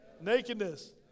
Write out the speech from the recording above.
nakedness